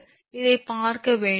இதைப் பார்க்க வேண்டாம்